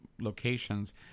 locations